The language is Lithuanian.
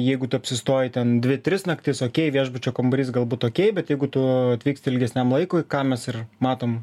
jeigu tu apsistoji ten dvi tris naktis okei viešbučio kambarys galbūt okei bet jeigu tu atvyksti ilgesniam laikui ką mes ir matom